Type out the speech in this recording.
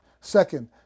Second